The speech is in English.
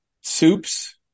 soups